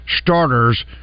starters